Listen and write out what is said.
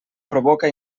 provoca